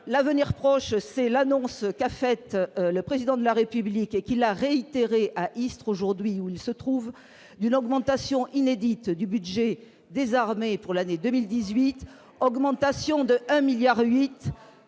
l'avenir proche, c'est l'annonce qu'a faite le président de la République et qu'il a réitéré à Istres aujourd'hui où il se trouve, d'une augmentation inédite du budget des armées pour l'année 2018 augmentation d'1